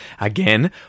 again